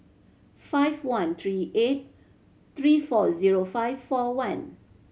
five one three eight three four zero five four one